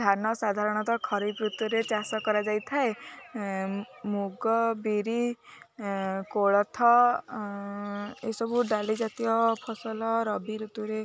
ଧାନ ସାଧାରଣତଃ ଖରିଫ ଋତୁରେ ଚାଷ କରାଯାଇଥାଏ ମୁଗ ବିରି କୋଳଥ ଏସବୁ ଡାଲି ଜାତୀୟ ଫସଲ ରବି ଋତୁରେ